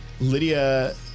Lydia